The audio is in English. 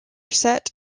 set